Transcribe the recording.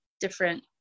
different